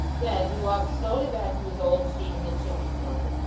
then he walked slowly back to his old seat in the chimney-corner,